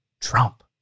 Trump